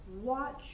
watch